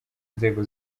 inzego